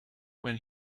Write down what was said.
when